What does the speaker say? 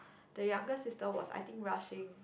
the younger sister was I think rushing